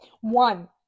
One